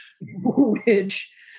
which-